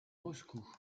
moscou